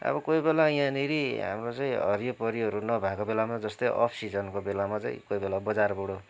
अब कोहीबेला यहाँनिर हाम्रो चाहिँ हरियो परियो नभएको बेलामा जस्तै अफ सिजनको बेलामा चाहिँ कोहीबेला बजारबाट